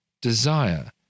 desire